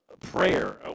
prayer